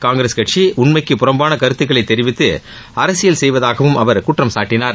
காங்கிரஸ் கட்சி உண்மைக்கு புறம்பாக கருத்துகளை தெரிவித்து அரசியல் செய்வதாகவும் அவர் குற்றம் சாட்டினார்